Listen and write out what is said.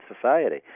society